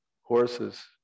horses